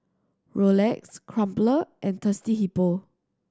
Rolex Crumpler and Thirsty Hippo